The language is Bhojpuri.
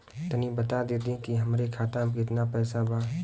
तनि बता देती की हमरे खाता में कितना पैसा बा?